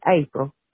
April